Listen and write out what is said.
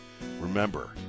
Remember